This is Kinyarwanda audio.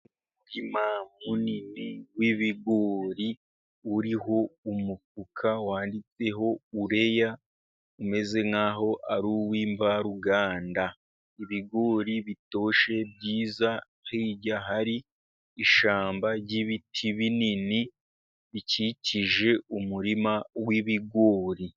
Umurima munini w'ibigori uriho umufuka wanditseho Ureya umeze nk'aho ari uw'imvaruganda, ibigori bitoshye, byiza, hirya hari ishyamba ry'ibiti binini bikikije umurima w'ibigori.